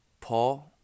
Paul